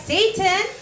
Satan